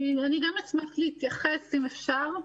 אני גם אשמח להתייחס, אם אפשר.